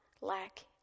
lack